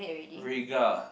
Rhaegar